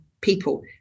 people